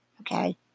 Okay